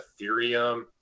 Ethereum